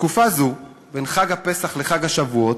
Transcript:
בתקופה זו, בין חג הפסח לחג השבועות,